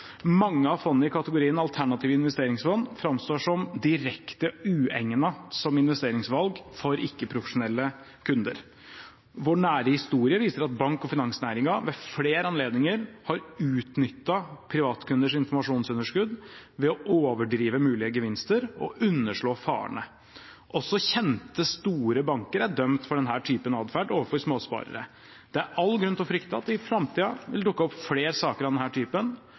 Mange av fondene i kategorien alternative investeringsfond framstår som direkte uegnede som investeringsvalg for ikke-profesjonelle kunder. Vår nære historie viser at bank- og finansnæringen ved flere anledninger har utnyttet privatkunders informasjonsunderskudd ved å overdrive mulige gevinster og underslå farene. Også kjente, store banker er dømt for denne typen atferd overfor småsparere. Det er all grunn til å frykte at det i framtiden vil dukke opp flere saker av denne typen,